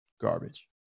garbage